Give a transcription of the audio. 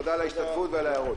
תודה על ההשתתפות ועל ההערות.